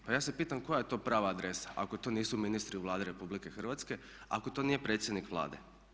Pa ja se pitam koja je to prava adresa ako to nisu ministri u Vladi RH, ako to nije predsjednik Vlade?